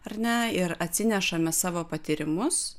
ar ne ir atsinešame savo patyrimus